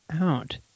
out